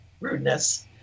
rudeness